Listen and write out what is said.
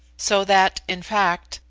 so that, in fact,